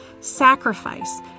sacrifice